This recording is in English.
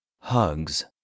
Hugs